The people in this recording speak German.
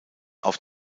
auf